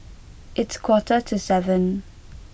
its quarter to seven